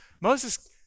Moses